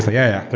yeah.